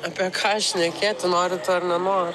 apie ką šnekėti nori tu ar nenori